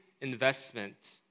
investment